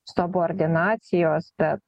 subordinacijos bet